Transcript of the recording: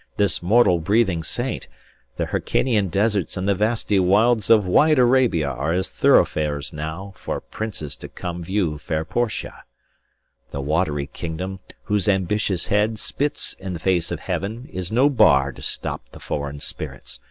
this mortal-breathing saint the hyrcanian deserts and the vasty wilds of wide arabia are as throughfares now for princes to come view fair portia the watery kingdom, whose ambitious head spits in the face of heaven, is no bar to stop the foreign spirits,